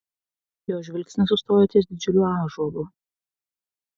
jo žvilgsnis sustojo ties didžiuliu ąžuolu